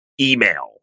email